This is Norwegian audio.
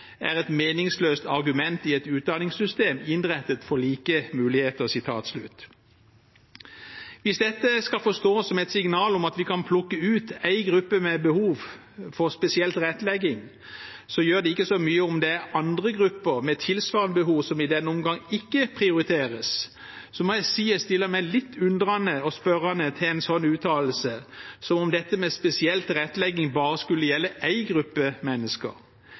er et meningsløst argument i et utdanningssystem innrettet for like muligheter.» Hvis dette skal forstås som et signal om at vi kan plukke ut én gruppe med behov for spesiell tilrettelegging, og at det ikke gjør så mye om det er andre grupper med tilsvarende behov som i denne omgangen ikke prioriteres, må jeg si jeg stiller meg litt undrende til en slik uttalelse – som om dette med spesiell tilrettelegging bare skulle gjelde én gruppe mennesker.